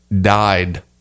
died